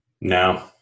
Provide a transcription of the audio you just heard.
No